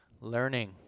Learning